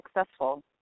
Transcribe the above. successful